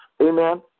Amen